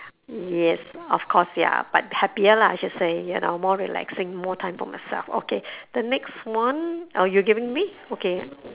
yes of course ya but happier lah I should say you know more relaxing more time for myself okay the next one oh you're giving me okay